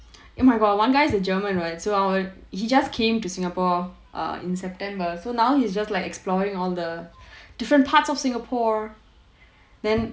oh my god one guy is a german [what] so our he just came to singapore err in september so now he's just like exploring all the different parts of singapore then